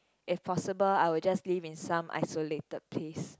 if possible I will just live in some isolated place